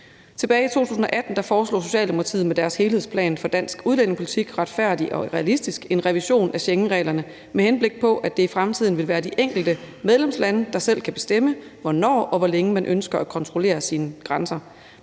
Tilbage i 2018 foreslog Socialdemokratiet med deres helhedsplan for dansk udlændingepolitik, »Retfærdig og realistisk«, en revision af Schengenreglerne, med henblik på at det i fremtiden skulle være de enkelte medlemslande, der selv kan bestemme, hvornår og hvor længe de ønsker at kontrollere deres grænser.